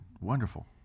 wonderful